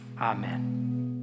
amen